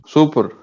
Super